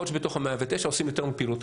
יכול להיות שבתוך ה-109 עושים יותר מפעילות אחת,